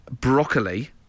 broccoli